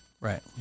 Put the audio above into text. Right